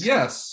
Yes